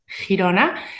Girona